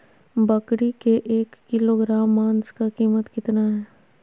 बकरी के एक किलोग्राम मांस का कीमत कितना है?